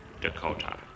Dakota